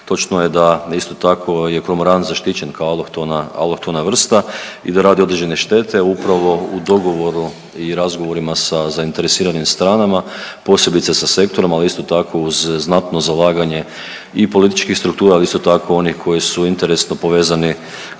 Točno je da isto tako je kormoran zaštićen kao autohtona, autohtona vrsta i da radi određene štete. Upravo u dogovoru i razgovorima sa zainteresiranim stranama, posebice sa sektorom, ali isto tako uz znatno zalaganje i političkih struktura, ali isto tako onih koji su interesno povezani